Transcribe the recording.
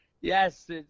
yes